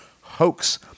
hoax